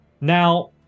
Now